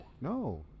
No